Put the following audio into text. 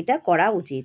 এটা করা উচিত